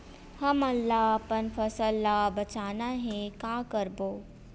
हमन ला अपन फसल ला बचाना हे का करबो?